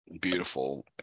beautiful